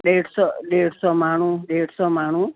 ॾेढ सौ ॾेढ सौ माण्हू ॾेढ सौ माण्हू